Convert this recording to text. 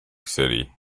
city